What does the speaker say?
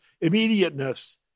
immediateness